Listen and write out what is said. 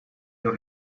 your